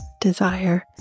desire